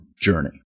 journey